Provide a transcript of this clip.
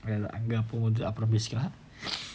அங்கபோய்அப்புறம்பேசிக்கலாம்:anka poi apram pesikkalam